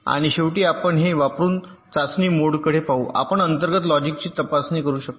आणि शेवटी आपण हे वापरून चाचणी मोडकडे पाहू आपण अंतर्गत लॉजिकची तपासणी करू शकतो